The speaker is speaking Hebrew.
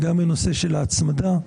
מנושא ההצמדה,